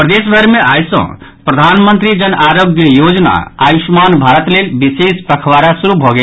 प्रदेश भरि मे आइ सॅ प्रधानमंत्री जन आरोग्य योजना आयुष्मान भारत लेल विशेष पखवाड़ा शुरू भऽ गेल